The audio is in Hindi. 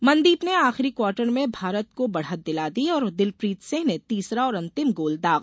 मनदीप ने आखिरी क्वार्टर में भारत को बढ़त दिला दी और दिलप्रीत सिंह ने तीसरा और अंतिम गोल दागा